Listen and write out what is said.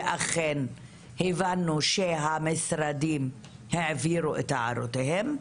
ואכן הבנו שהמשרדים העבירו את הערותיהם.